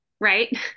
right